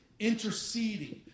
Interceding